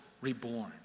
reborn